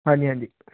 ਹਾਂਜੀ ਹਾਂਜੀ